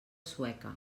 sueca